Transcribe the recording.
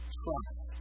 trust